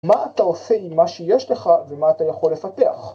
מה אתה עושה עם מה שיש לך ומה אתה יכול לפתח?